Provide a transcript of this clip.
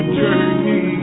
journey